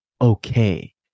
Okay